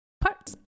parts